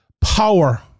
Power